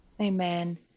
Amen